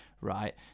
right